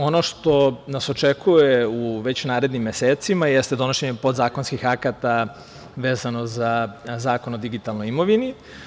Ono što nas očekuje u već narednim mesecima jeste donošenje podzakonskih akata vezano za Zakon o digitalnoj imovini.